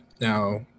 now